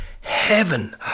heaven